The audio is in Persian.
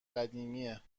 قدیمه